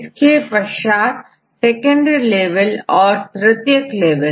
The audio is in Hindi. इसके पश्चात सेकेंडरी लेवल और फिर तृतीयक लेवल